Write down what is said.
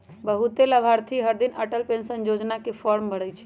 बहुते लाभार्थी हरदिन अटल पेंशन योजना के फॉर्म भरई छई